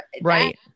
Right